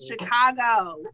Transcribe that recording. Chicago